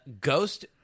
ghost